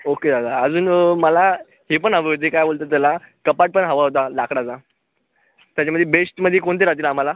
okay दादा अजून मला हे पण हवे होते काय बोलतात त्याला कपाट पण हवा होता लाकडाचा त्याच्यामध्ये बेश्टमध्ये कोणते राहतील आम्हाला